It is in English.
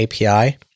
API